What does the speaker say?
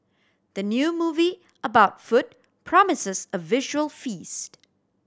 the new movie about food promises a visual feast